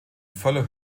voller